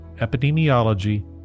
epidemiology